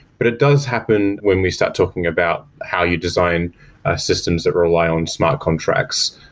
but it does happen when we start talking about how you design systems that rely on smart contracts.